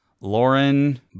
Lauren